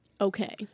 Okay